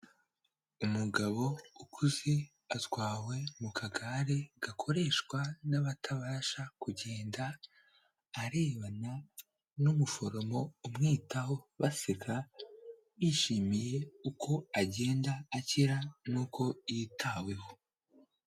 Umugabo ukuze atwawe mu kagare gakoreshwa n'abatabasha kugenda arebana n'umuforomo umwitaho baseka yishimiye uko agenda akira n'uko yitaweho.